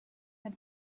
had